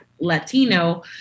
Latino